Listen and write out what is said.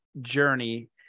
journey